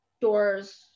doors